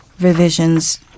revisions